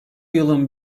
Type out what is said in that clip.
yılın